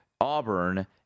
Auburn